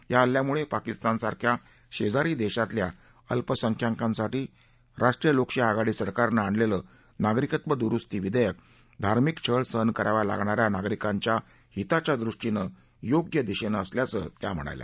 या हल्ल्यामुळप्राकिस्तानसारख्या शक्तिरी दक्षितल्या अल्पसंख्याकांसाठी रालोआ सरकारनं आणलघ्वीनागरिकत्व दुरुस्ती विध्यक्र धार्मिक छळ सहन कराव्या लागणाऱ्या नागरिकांच्या हिताच्या दृष्टीनं योग्य दिशाच असल्याचं त्या म्हणाल्या